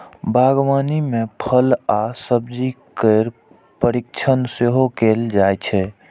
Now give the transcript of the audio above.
बागवानी मे फल आ सब्जी केर परीरक्षण सेहो कैल जाइ छै